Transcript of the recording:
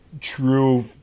true